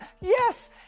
Yes